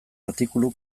artikulu